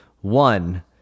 One